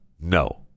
No